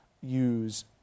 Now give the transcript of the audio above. use